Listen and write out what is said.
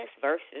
versus